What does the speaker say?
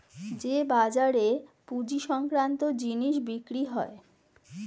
যে বাজারে পুঁজি সংক্রান্ত জিনিস বিক্রি হয়